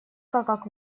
как